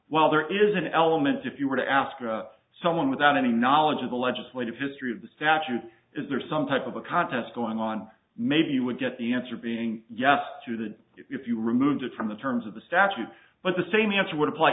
while there is an element if you were to ask someone without any knowledge of the legislative history of the statute is there some type of a contest going on maybe you would get the answer being yes to that if you removed it from the terms of the statute but the same answer would apply